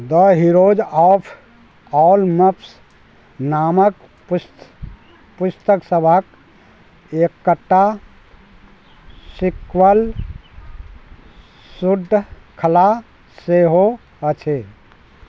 the heroes of Olympus नामक पुस्त पुस्तक सभक एकटा सीक्वल श्रृङ्खला सेहो अछि